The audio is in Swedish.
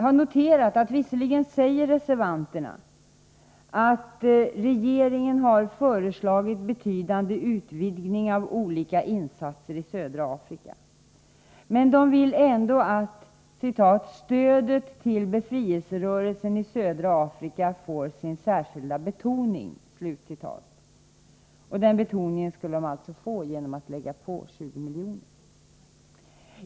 Jag noterar att reservangerna säger att regeringen visserligen har ”föreslagit en betydande utvidgning av olika insatser i södra Afrika”, men de vill ändå att ”stödet till befrieiserörelsen i södra Afrika får sin särskilda betoning”. Denna betoning gkulle man alltså åstadkomma genom att lägga på 20 milj.kr.